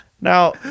Now